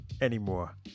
anymore